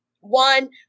one